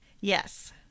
Yes